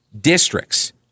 districts